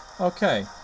Okay